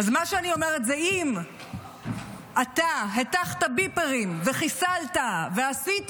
אז מה שאני אומרת זה: אם אתה הטחת ביפרים וחיסלת ועשית